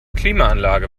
klimaanlage